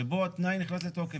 שבו התנאי נכנס לתוקף.